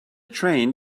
train